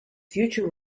future